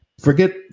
Forget